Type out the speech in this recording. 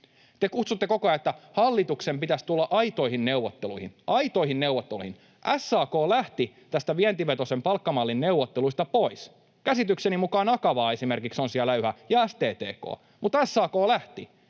Te kutsutte koko ajan, että hallituksen pitäisi tulla aitoihin neuvotteluihin, aitoihin neuvotteluihin. SAK lähti näistä vientivetoisen palkkamallin neuvotteluista pois. Käsitykseni mukaan esimerkiksi Akava on siellä yhä ja STTK mutta SAK lähti.